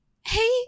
Hey